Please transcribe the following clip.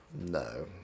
No